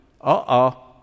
Uh-oh